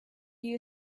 you